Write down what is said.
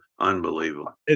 Unbelievable